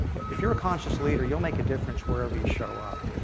if you're a conscious leader, you'll make a difference wherever you show up.